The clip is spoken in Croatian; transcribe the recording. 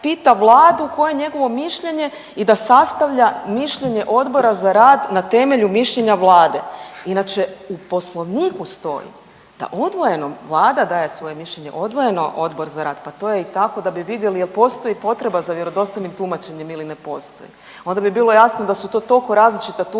pita Vladu koje je njegovo mišljenje i da sastavlja mišljenje Odbora za rad na temelju mišljenja Vlade. Inače u Poslovniku stoji da odvojeno Vlada daje svoje mišljenje, odvojeno Odbor za rad, pa to je i tako da bi vidjeli jel postoji potreba za vjerodostojnim tumačenjem ili ne postoji. Onda bi bilo jasno da su to toliko različita tumačenja